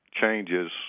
changes